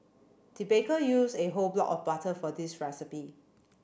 the baker used a whole block of butter for this recipe